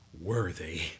worthy